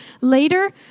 Later